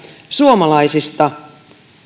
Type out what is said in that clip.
suomalaisista